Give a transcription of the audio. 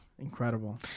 incredible